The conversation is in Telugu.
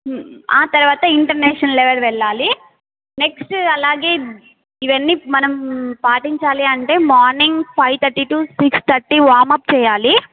ఆ తర్వాత ఇంటర్నేషనల్ లెవెల్ వెళ్ళాలి నెక్స్ట్ అలాగే ఇవన్నీ మనం పాటించాలి అంటే morning five thirty to six thirty warm up చెయ్యాలి